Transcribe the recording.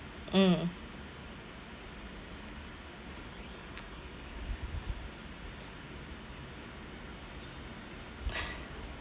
mm